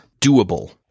doable